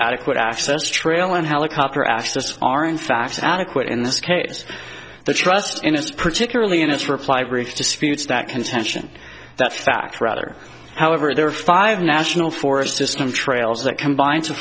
adequate access trail and helicopter asked us are in fact adequate in this case the trust in us particularly in its reply brief disputes that contention that fact rather however there are five national forest system trails that combine